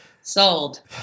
Sold